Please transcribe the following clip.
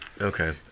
Okay